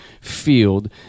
field